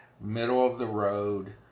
middle-of-the-road